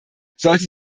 sollte